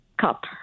cup